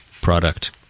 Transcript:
product